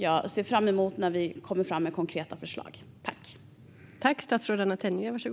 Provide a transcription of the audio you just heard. Jag ser fram emot att vi kan komma fram med konkreta förslag.